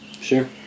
Sure